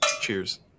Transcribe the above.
Cheers